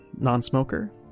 non-smoker